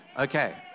Okay